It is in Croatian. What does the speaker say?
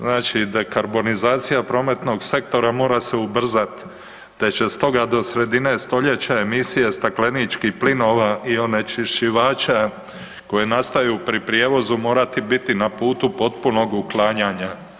Znači dekarbonizacija prometnog sektora mora se ubrzati te će stoga do sredine stoljeća emisije stakleničkih plinova i onečišćivača koje nastaju pri prijevozu morati biti na putu potpunog uklanjanja.